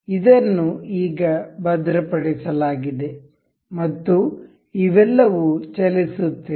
ಇದನ್ನು ಈಗ ಭದ್ರಪಡಿಸಲಾಗಿದೆ ಮತ್ತು ಇವೆಲ್ಲವೂ ಚಲಿಸುತ್ತಿವೆ